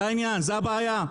זה העניין, זה הבעיה.